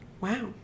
Wow